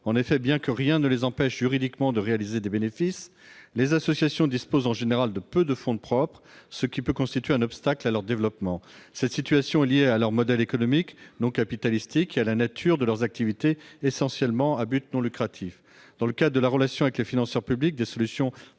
En effet, bien que rien ne les empêche juridiquement de réaliser des bénéfices, les associations disposent en général de peu de fonds propres, ce qui peut constituer un obstacle à leur développement. Cette situation est liée à leur modèle économique, non capitalistique, et à la nature de leurs activités, essentiellement à but non lucratif. Dans le cadre de la relation avec les financeurs publics, des solutions